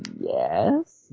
yes